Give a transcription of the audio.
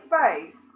face